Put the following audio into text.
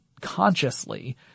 consciously